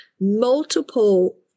multiple